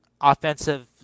offensive